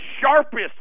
sharpest